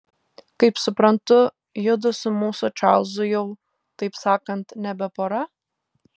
kaip suprantu judu su mūsų čarlzu jau taip sakant nebe pora